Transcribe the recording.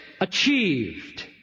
achieved